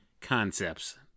concepts